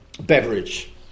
beverage